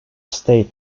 state